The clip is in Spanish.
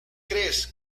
crees